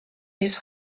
his